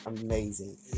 amazing